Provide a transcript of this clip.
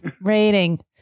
rating